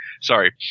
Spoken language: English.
sorry